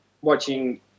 watching